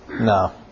No